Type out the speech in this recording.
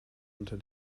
unter